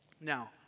Now